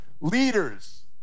leaders